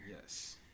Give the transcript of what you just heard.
Yes